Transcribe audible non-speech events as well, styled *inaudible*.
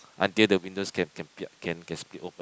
until the windows can can *noise* can can split open